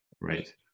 Right